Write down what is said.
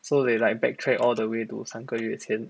so they like back track all the way to 三个月前